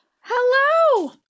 Hello